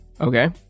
Okay